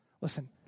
Listen